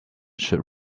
should